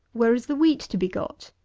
where is the wheat to be got?